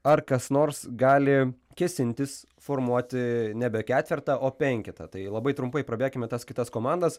ar kas nors gali kėsintis formuoti nebe ketvertą o penketą tai labai trumpai prabėkime tas kitas komandas